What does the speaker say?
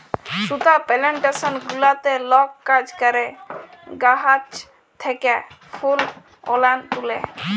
সুতা পেলেনটেসন গুলাতে লক কাজ ক্যরে গাহাচ থ্যাকে ফুল গুলান তুলে